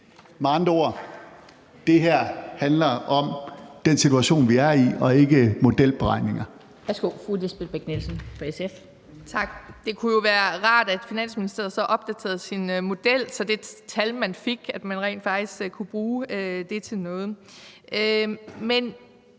det her om den situation, vi er i, og ikke modelberegninger.